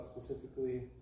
specifically